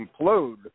implode